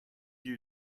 you